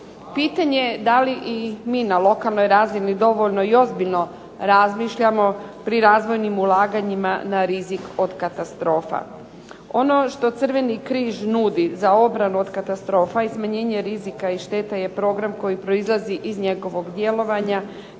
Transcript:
Pitanje je da li i mi na lokalnoj razini dovoljno i ozbiljno razmišljamo pri razvojnim ulaganjima na rizik od katastrofa. Ono što Crveni križ nudi za obranu od katastrofa i smanjenje rizika i šteta je program koji proizlazi iz njegovog djelovanja